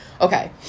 okay